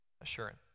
assurance